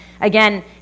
again